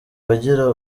bagira